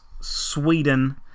Sweden